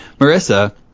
Marissa